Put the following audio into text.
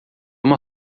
uma